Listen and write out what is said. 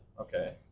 okay